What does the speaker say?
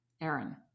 Aaron